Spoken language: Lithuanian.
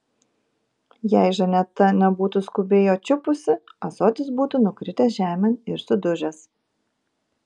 jei žaneta nebūtų skubiai jo čiupusi ąsotis būtų nukritęs žemėn ir sudužęs